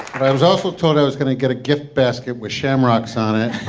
i was also told i was gonna get a gift basket with shamrocks on it.